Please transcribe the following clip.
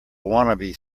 wannabe